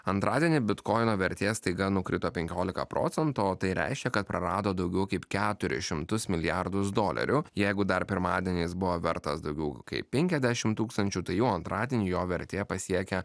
antradienį bitkoino vertė staiga nukrito penkiolika procentų o tai reiškia kad prarado daugiau kaip keturis šimtus milijardus dolerių jeigu dar pirmadienį jis buvo vertas daugiau kaip penkiasdešimt tūkstančių tai jau antradienį jo vertė pasiekia